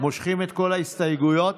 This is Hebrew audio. מושכים את כל ההסתייגויות?